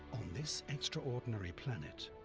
this extraordinary planet,